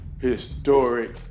historic